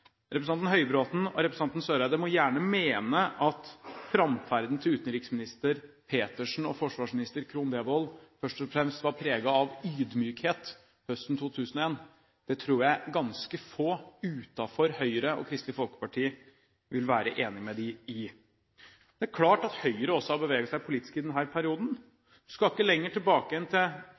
Representanten Høybråten og representanten Eriksen Søreide må gjerne mene at framferden til utenriksminister Petersen og forsvarsminister Krohn Devold først og fremst var preget av ydmykhet høsten 2001. Det tror jeg ganske få utenfor Høyre og Kristelig Folkeparti vil være enige med dem i. Det er klart at Høyre også har beveget seg politisk i denne perioden. Man skal ikke lenger tilbake enn til